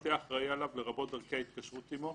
פרטי אחראי עליו לרבות דרכי התקשרות עמו,